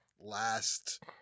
last